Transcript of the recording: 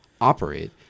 operate